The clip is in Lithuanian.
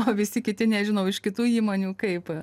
o visi kiti nežinau iš kitų įmonių kaip